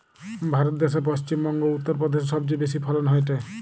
ভারত দ্যাশে পশ্চিম বংগো, উত্তর প্রদেশে সবচেয়ে বেশি ফলন হয়টে